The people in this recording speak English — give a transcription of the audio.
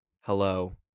hello